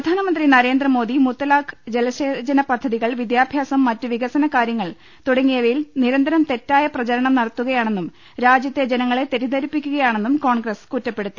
പ്രധാനമന്ത്രി നരേന്ദ്രമോദി മുത്തലാഖ് ജലസേചന പദ്ധതി കൾ വിദ്യാഭ്യാസം മറ്റു വികസന കാര്യങ്ങൾ തുടങ്ങിയവയിൽ നിരന്തരം തെറ്റായ പ്രചരണം നടത്തുകയാണെന്നും രാജ്യത്തെ ജനങ്ങളെ തെറ്റിദ്ധരിപ്പിക്കുകയാണെന്നും കോൺഗ്രസ് കുറ്റപ്പെ ടുത്തി